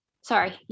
Sorry